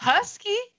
Husky